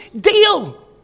deal